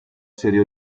serie